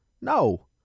No